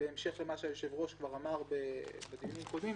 בהמשך למה שהיושב-ראש כבר אמר בדיונים קודמים,